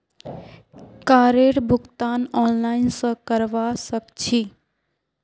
कारेर भुगतान ऑनलाइन स करवा सक छी